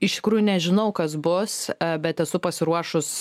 iš tikrųjų nežinau kas bus bet esu pasiruošus